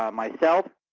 um myself